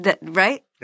Right